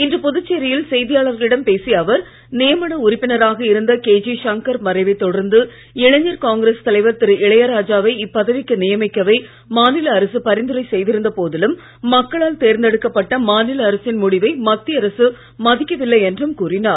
இன்று புதுச்சேரியில் செய்தியாளர்களிடம் பேசிய அவர் நியமன உறுப்பினராக இருந்த கேஜி சங்கர் மறைவைத் தொடர்ந்து இளைஞர் காங்கிரஸ் தலைவர் திரு இளையராஜாவை இப்பதவிக்கு நியமிக்கவே மாநில அரசு பரிந்துரை செய்திருந்த போதிலும் மக்களால் தேர்ந்தெடுக்கப்பட்ட மாநில அரசின் முடிவை மத்திய அரசு மதிக்கவில்லை என்றும் கூறினார்